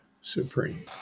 supreme